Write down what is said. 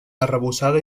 arrebossada